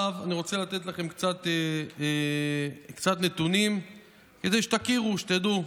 אני רוצה לתת קצת נתונים כדי שתכירו, שתדעו.